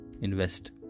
invest